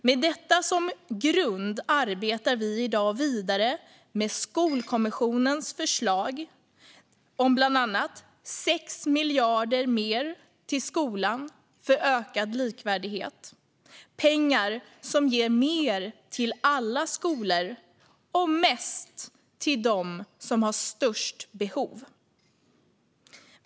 Med detta som grund arbetar vi i dag vidare med Skolkommissionens förslag om bland annat 6 miljarder mer till skolan för ökad likvärdighet. Det är pengar som ger mer till alla skolor och mest till dem som har störst behov.